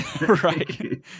Right